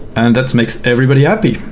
and that makes everybody happy,